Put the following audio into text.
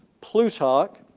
plutarch,